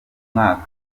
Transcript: mwaka